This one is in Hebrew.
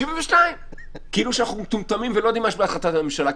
72. כאילו אנחנו מטומטמים ולא יודעים מה היה בהחלטת הממשלה,